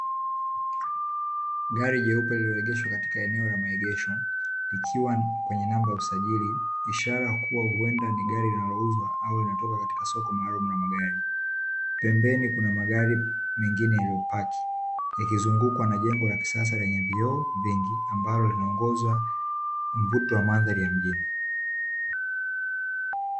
Gari jeupe lililoegeshwa katika eneo la maegesho, likiwa kwenye namba ya usajili, ishara ya kuwa huenda ni gari linalouzwa au linatoka katika soko maalumu la magari. Pembeni kuna magari mengine yaliyopaki, yakizungukwa na jengo la kisasa lenye vioo vingi, ambalo linaongeza mvuto wa mandhari ya mjini.